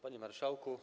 Panie Marszałku!